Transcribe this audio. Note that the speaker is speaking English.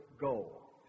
goal